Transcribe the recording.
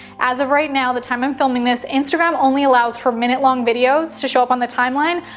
as of right now, the time i'm filming this, instagram only allows for minute-long videos to show up on the timeline.